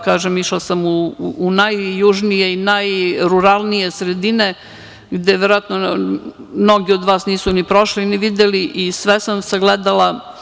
Kažem, išla sam u najjužnije i najruralnije sredine, gde verovatno mnogi od vas nisu ni prošli, ni videli i sve sam sagledala.